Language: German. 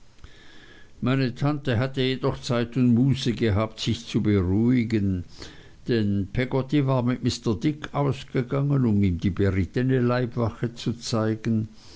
meine tante hatte jedoch zeit und muße gehabt sich zu beruhigen denn peggotty war mit mr dick ausgegangen um ihm die berittene leibwache zu zeigen